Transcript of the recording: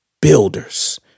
builders